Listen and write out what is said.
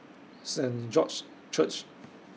Saint George's Church